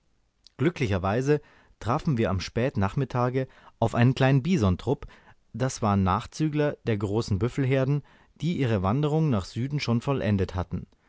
glücklicherweise trafen wir am spätnachmittage auf einen kleinen bisontrupp das waren nachzügler der großen büffelherden die ihre wanderung nach süden schon vollendet hatten